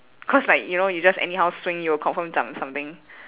cause like you know you just anyhow swing you'll confirm zam something